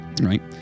Right